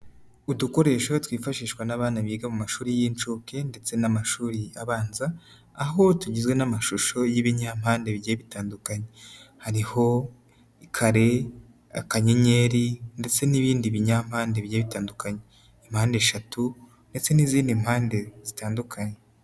Udukoresho twifashishwa n'abana biga mu mashuri y'inshuke ndetse n'amashuri abanza, aho tugizwe n'amashusho y'ibinyampande bigiye bitandukanye ,hariho kare, kanyenyeri ,ndetse n'ibindi binyampande bigiye bitandukanye ,mpande eshatu ,ndetse n'izindi mpande zitandukanye.